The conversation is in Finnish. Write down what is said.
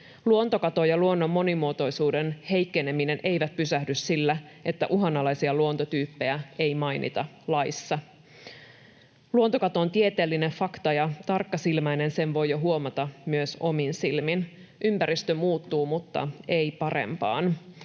Luontokato ja luonnon monimuotoisuuden heikkeneminen eivät pysähdy sillä, että uhanalaisia luontotyyppejä ei mainita laissa. Luontokato on tieteellinen fakta, ja tarkkasilmäinen sen voi jo huomata myös omin silmin. Ympäristö muuttuu, mutta ei parempaan.